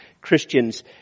Christians